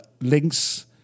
links